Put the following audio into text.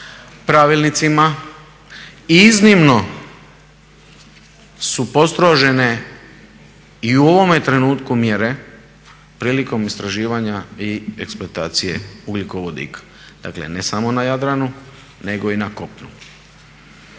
pravilnicima i iznimno su postrožene i u ovome trenutku mjere prilikom istraživanja i eksploatacije ugljikovodika. Dakle, ne samo na Jadranu nego i na kopnu.